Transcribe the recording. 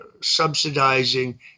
subsidizing